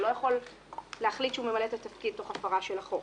הוא לא יכול להחליט שהוא ממלא את התפקיד תוך הפרה של החוק.